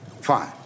Fine